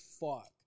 fuck